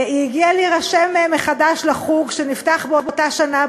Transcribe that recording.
היא הגיעה להירשם מחדש לחוג שנפתח באותה שנה,